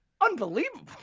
unbelievable